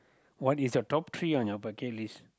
what is your top three on your bucket list